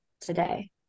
today